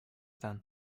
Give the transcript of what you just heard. then